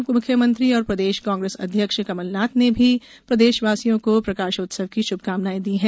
पूर्व मुख्यमंत्री और प्रदेश कांग्रेस अध्यक्ष कमलनाथ ने भी प्रदेशवासियों को प्रकाशोत्सव की शुभकामनाएं दी हैं